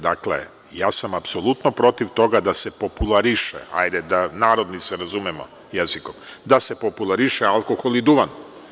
Dakle, ja sam apsolutno protiv toga da se populariše, ajde da se narodnim jezikom razumemo, da se populariše alkohol i duvan.